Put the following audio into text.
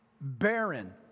barren